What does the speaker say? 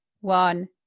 one